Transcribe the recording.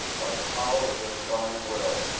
by the power of the divine will,